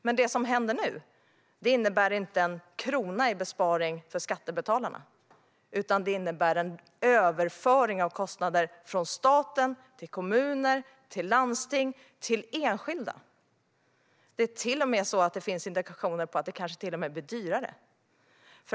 Men det som händer nu innebär inte en krona i besparing för skattebetalarna, utan det innebär en överföring av kostnader från staten till kommuner, landsting och enskilda. Det finns indikationer på att det kanske till och med blir dyrare.